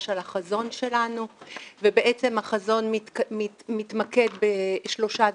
על החזון שלנו ובעצם החזון מתמקד בשלושה דברים,